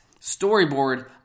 storyboard